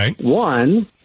One